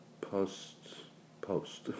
post-post